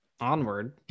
Onward